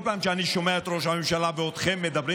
כל פעם אני שומע את ראש הממשלה ואתכם מדברים